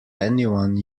anyone